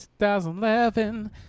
2011